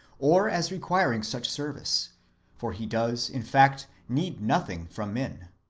or as requiring such service for he does, in fact, need nothing from men.